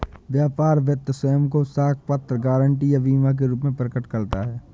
व्यापार वित्त स्वयं को साख पत्र, गारंटी या बीमा के रूप में प्रकट करता है